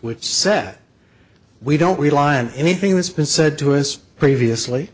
which said we don't rely on anything that's been said to us previously